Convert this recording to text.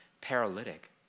paralytic